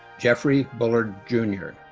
jeffrey bullard jr.